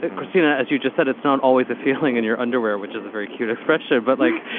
ah cristina, as you just said, it's not always a feeling in your underwear, which is a very cute expression, but like,